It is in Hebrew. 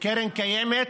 קרן קיימת,